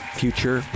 future